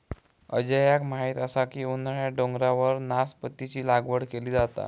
अजयाक माहीत असा की उन्हाळ्यात डोंगरावर नासपतीची लागवड केली जाता